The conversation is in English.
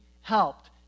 helped